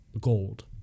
gold